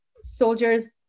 soldiers